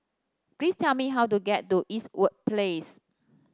please tell me how to get to Eastwood Place